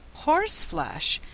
horseflesh!